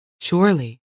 Surely